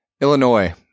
Illinois